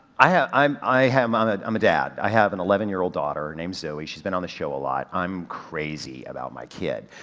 i have, i'm, i have, ah i'm a dad. i have an eleven year old daughter named zoey, she's been on the show a lot. i'm crazy about my kid.